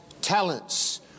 talents